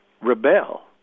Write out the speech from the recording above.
rebel